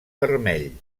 vermell